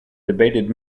debated